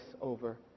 over